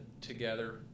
together